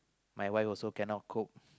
my wife also cannot cook